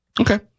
Okay